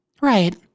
right